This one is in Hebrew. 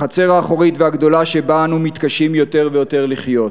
החצר האחורית והגדולה שבה אנו מתקשים יותר ויותר לחיות.